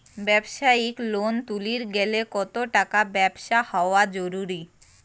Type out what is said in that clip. ব্যবসায়িক লোন তুলির গেলে কতো টাকার ব্যবসা হওয়া জরুরি?